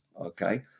okay